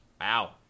Wow